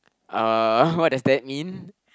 uh what does that mean